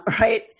right